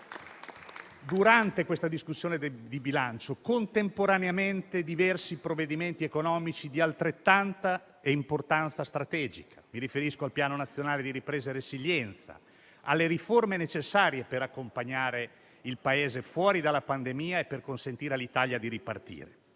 durante la discussione sul disegno di legge di bilancio, diversi provvedimenti economici di altrettanta importanza strategica: mi riferisco al Piano nazionale di ripresa e resilienza e alle riforme necessarie per accompagnare il Paese fuori dalla pandemia e per consentire all'Italia di ripartire.